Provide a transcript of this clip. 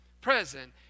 present